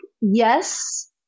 yes